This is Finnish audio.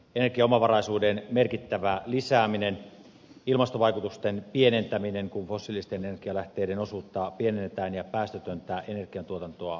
energiaomavaraisuuden merkittävä lisääminen ilmastovaikutusten pienentäminen kun fossiilisten energialähteiden osuutta pienennetään ja päästötöntä energiantuotantoa lisätään